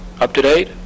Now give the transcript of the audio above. Up-to-date